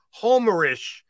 homerish